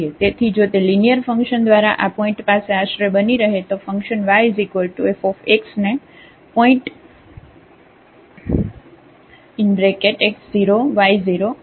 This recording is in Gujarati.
તેથી જો તે લિનિયર ફંકશન દ્વારા આ પોઇન્ટ પાસે આશરે બની રહે તો ફંકશન yf ને પોઇન્ટ x0 y0 આગળ ડિફ્રન્સિએબલ કહેવામાં આવે છે